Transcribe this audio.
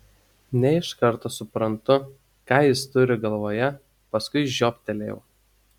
ne iš karto suprantu ką jis turi galvoje paskui žioptelėjau